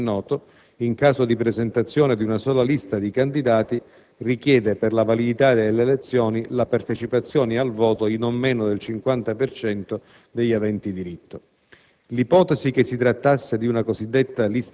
che, nei Comuni inferiori a 10.000 abitanti, come noto, in caso di presentazione di una sola lista di candidati, richiede per la validità delle elezioni la partecipazione al voto di non meno del 50 per cento degli aventi diritto.